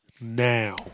now